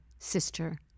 sister